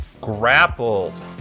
grappled